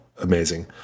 amazing